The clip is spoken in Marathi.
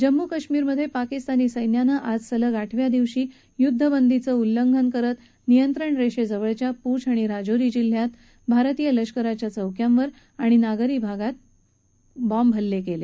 जम्मू कश्मीरमधे पाकिस्तानी सैन्यानं सलग आठव्या दिवशीही युद्धबंदीचं उल्लंघन करत नियंत्रण रेषेजवळच्या पूंछ आणि राजौरी जिल्ह्यातल्या भारतीय लष्कराच्या चौक्यांवर आणि नागरी भागात गोळीबार सुरु केला